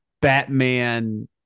batman